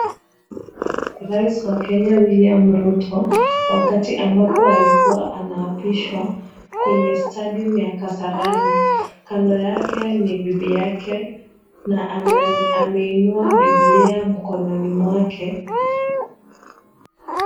Huyu ni rais wa Kenya William Ruto, wakati ambapo alikuwa anaapishwa kwenye stadium ya kasarani. Kando yake ni bibi yake, na ameinua Biblia mkononi mwake.